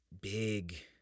big